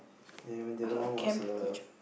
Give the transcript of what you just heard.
then the other one was a